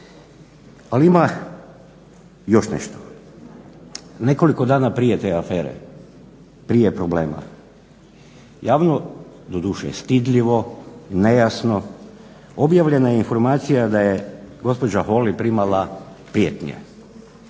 Ali ima još nešto. Nekoliko dana prije te afere, prije problema javno doduše stidljivo, nejasno objavljena je informacija da je gospođa Holy primala prijetnje